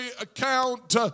account